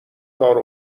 کار